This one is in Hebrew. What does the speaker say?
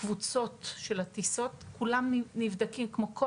לקבוצות של הטיסות כולם נבדקים כמו כל